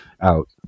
out